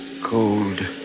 Cold